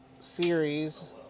series